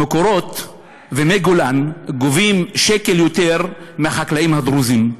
"מקורות" ו"מי גולן" גובים שקל יותר מהחקלאים הדרוזים.